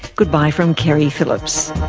goodbye from keri phillips